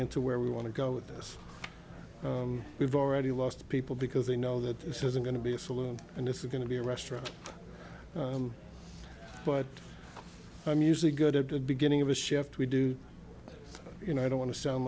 into where we want to go with this we've already lost people because they know that this isn't going to be a saloon and it's going to be a restaurant but i'm usually good at the beginning of a shift we do you know i don't want to sound